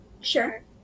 sure